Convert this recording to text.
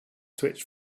switch